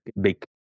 big